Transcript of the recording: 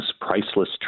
priceless